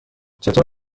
چطور